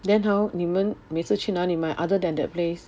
then how 你们每次去哪里买 other than that place